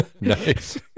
Nice